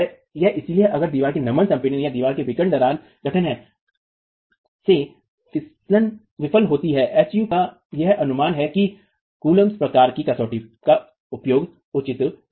यह इसलिए अगर दीवार नमन संपीडन या दीवार जहां विकर्ण दरारें गठन है से विफल होती है Hu का यह अनुमान है कि कूपलम्ब प्रकार की कसौटी का उपयोग उचित नहीं है